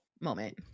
moment